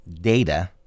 data